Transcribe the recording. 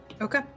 Okay